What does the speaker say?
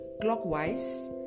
clockwise